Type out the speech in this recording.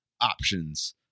options